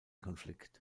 konflikt